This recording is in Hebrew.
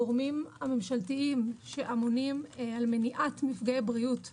הגורמים הממשלתיים שאמונים על מניעת מפגעי בריאות הם: